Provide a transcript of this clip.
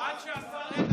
עד שהשר הנדל